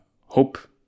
hope